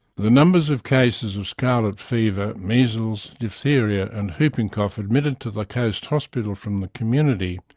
the numbers of cases of scarlet fever, measles, diphtheria and whooping cough admitted to the coast hospital from the community,